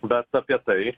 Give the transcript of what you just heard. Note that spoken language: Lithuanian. bet apie tai